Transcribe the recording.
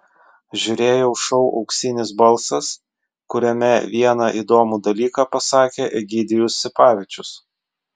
žiūrėjau šou auksinis balsas kuriame vieną įdomų dalyką pasakė egidijus sipavičius